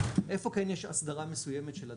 איפה כן יש הסדרה מסוימת של הדיילים?